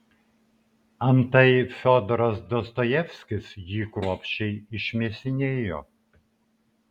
antai fiodoras dostojevskis jį kruopščiai išmėsinėjo